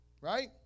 Right